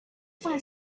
find